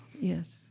Yes